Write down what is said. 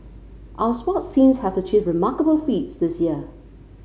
our sports teams have achieved remarkable feats this year